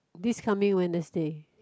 this coming Wednesday